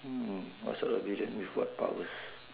hmm what sort of villain with what powers